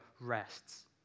rests